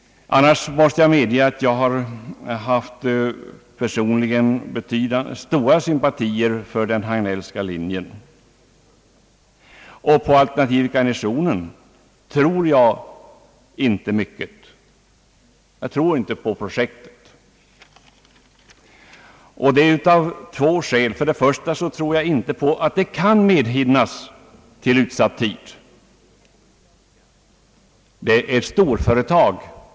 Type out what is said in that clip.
Jag måste dock medge att jag personligen har hyst stora sympatier för den Hagnellska linjen. På alternativet Garnisonen tror jag inte mycket, och detta av två skäl. För det första tror jag inte att projektet kan medhinnas till utsatt tid. Det är ett storföretag.